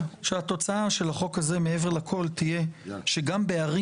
התוצאה של החוק הזה מעבר לכול תהיה שגם בערים